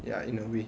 ya in a way